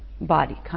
body